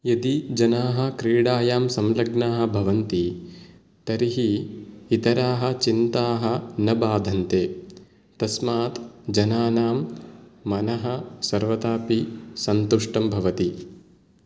यदि जनाः क्रीडायां संलग्नाः भवन्ति तर्हि इतराः चिन्ताः न बाधन्ते तस्मात् जनानां मनः सर्वदापि सन्तुष्टं भवति